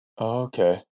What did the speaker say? Okay